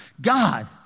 God